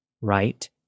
Right